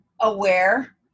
aware